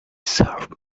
served